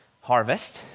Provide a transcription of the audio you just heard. Harvest